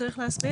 צריך להסביר?